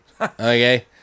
Okay